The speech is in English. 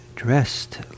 dressed